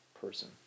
person